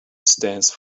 stands